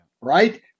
right